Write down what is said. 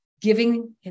giving